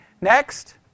Next